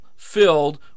filled